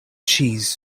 cheese